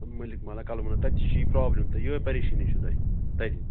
مٔلِک محلہ کلمُلا تَتہِ چھِ یہِ پرٛابِلم تہٕ یِہوٚے پریشٲنی چھُ تۄہہِ تَتہِ